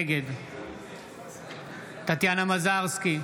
נגד טטיאנה מזרסקי,